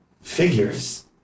figures